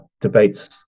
debates